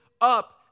up